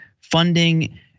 funding